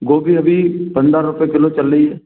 गोभी अभी पन्द्रह रूपए किलो चल रही है